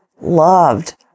loved